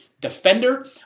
defender